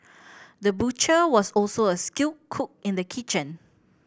the butcher was also a skilled cook in the kitchen